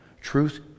truth